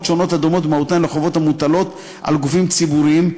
הדומות במהותן לחובות המוטלות על גופים ציבוריים,